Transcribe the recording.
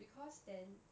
because then